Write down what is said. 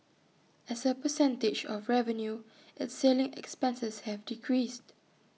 as A percentage of revenue its selling expenses have decreased